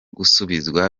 gusubizwa